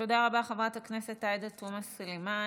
תודה רבה, חברת הכנסת עאידה תומא סלימאן.